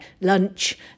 lunch